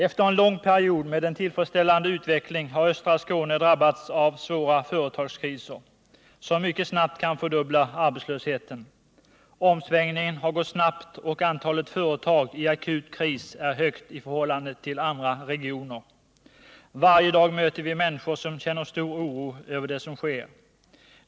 Efter en lång period med en tillfredsställande utveckling har östra Skåne drabbats av svåra företagskriser, som mycket snart kan fördubbla arbetslösheten. Omsvängningen har gått snabbt och antalet företag i akut kris är högt i förhållande till antalet i andra regioner. Varje dag möter vi människor som känner stor oro över det som sker.